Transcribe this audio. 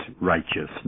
righteousness